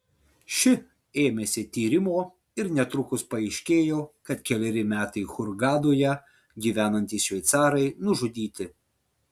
ši ėmėsi tyrimo ir netrukus paaiškėjo kad keleri metai hurgadoje gyvenantys šveicarai nužudyti